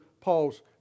Paul's